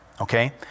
okay